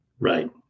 Right